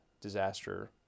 disaster